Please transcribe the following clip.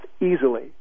easily